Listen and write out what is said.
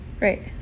right